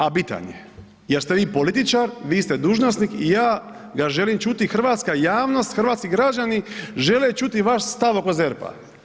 A bitan je jer ste vi političar, vi ste dužnosnik i ja ga želim čuti i hrvatska javnost i hrvatski građani žele čuti vaš stav oko ZERP-a.